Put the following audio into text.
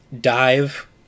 dive